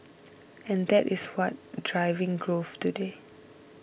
and that is what driving growth today